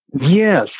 Yes